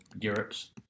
Europe's